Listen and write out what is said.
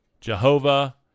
Jehovah